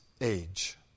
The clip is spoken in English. age